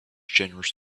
generous